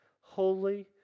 holy